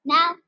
Now